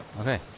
Okay